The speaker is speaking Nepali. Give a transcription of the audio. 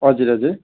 हजुर हजुर